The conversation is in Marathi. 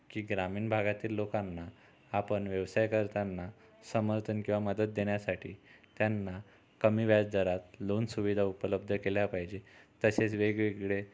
की ग्रामीण भागातील लोकांना आपण व्यवसाय करताना समर्थन किंवा मदत देण्यासाठी त्यांना कमी व्याजदरात लोन सुविधा उपलब्ध केल्या पाहिजेत तसेच वेगवेगळे